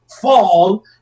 fall